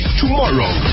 tomorrow